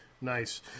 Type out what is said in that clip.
Nice